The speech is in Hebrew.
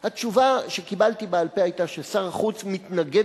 והתשובה שקיבלתי בעל-פה היתה ששר החוץ מתנגד